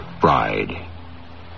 bride